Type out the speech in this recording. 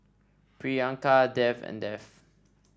Priyanka Dev and Dev